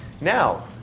Now